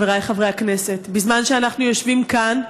חבריי חברי הכנסת, בזמן שאנחנו יושבים כאן,